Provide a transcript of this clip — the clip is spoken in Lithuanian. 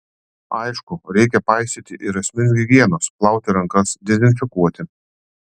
aišku reikia paisyti ir asmens higienos plauti rankas dezinfekuoti